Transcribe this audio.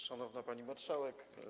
Szanowna Pani Marszałek!